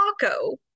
Taco